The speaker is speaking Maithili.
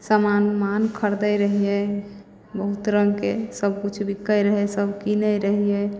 समान उमान खरिदै रहियै बहुत रङ्गके सबकिछु बिकै रहै सब कीनै रहियै